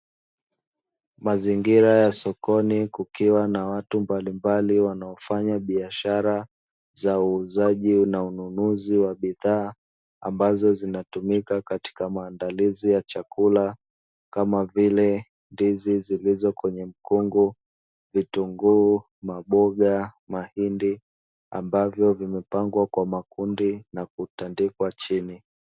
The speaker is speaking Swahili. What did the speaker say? Mazingira ya sokoni kukiwa na watu mbalimbali wanaofanya biashara za uuzaji na ununuzi wa bidhaa ambazo zinatumika katika maandalizi ya chakula, kama vile; ndizi zilizo kwenye mkungu, vitunguu, maboga, mahindi ambaavyo vimepangwa kwa makundi na kutandikwa chini.